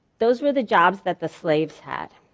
those were the jobs that the slaves had.